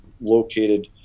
located